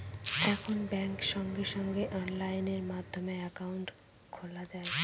এখন ব্যাঙ্কে সঙ্গে সঙ্গে অনলাইন মাধ্যমে একাউন্ট খোলা যায়